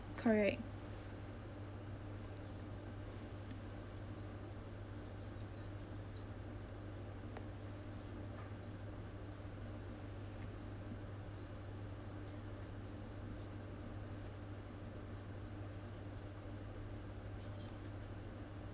correct